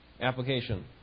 Application